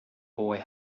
boy